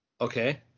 Okay